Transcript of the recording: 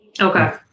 Okay